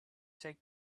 take